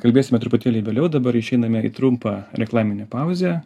kalbėsime truputėlį vėliau dabar išeiname į trumpą reklaminę pauzę